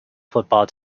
football